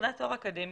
מבחינת תואר אקדמי,